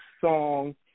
song